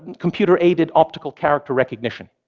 computer-aided optical character recognition.